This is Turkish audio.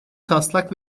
taslak